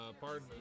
pardon